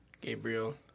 Gabriel